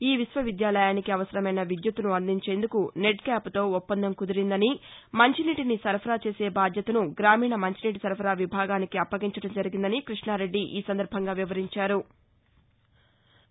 ఈ విశ్వ విద్యాలయానికి అవసరమైన విద్యుత్తును అందించేందుకు నెడ్ క్యాప్తో ఒప్పందం కుదిరిందని మంచినీటిని సరఫరా చేసే బాధ్యతను గ్రామీణ మంచినీటి సరఫరా విభాగానికి అప్పగించడం జరిగిందని కృష్ణరెడ్డి ఈ సందర్భంగా వివరించారు